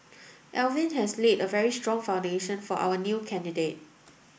Alvin has laid a very strong foundation for our new candidate